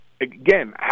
again